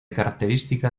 característica